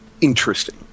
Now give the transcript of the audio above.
interesting